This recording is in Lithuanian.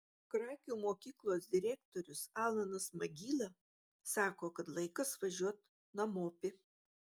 krakių mokyklos direktorius alanas magyla sako kad laikas važiuot namopi